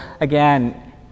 again